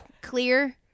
clear